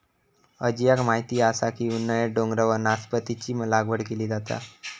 अजयाक माहीत असा की उन्हाळ्यात डोंगरावर नासपतीची लागवड केली जाता